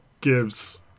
gives